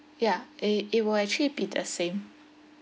yeah it it will actually be the same